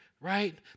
Right